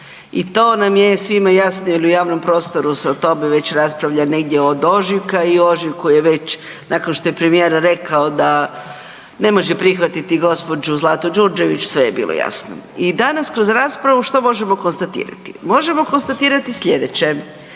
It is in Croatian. i to nam je svima jasno jel u javnom prostoru se o tome već raspravlja negdje od ožujka i u ožujku je već nakon što je premijer rekao da ne može prihvatiti gospođu Zlatu Đurđević sve je bilo jasno. I danas kroz raspravu što možemo konstatirati? Možemo konstatirati slijedeće,